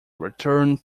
returned